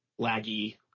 laggy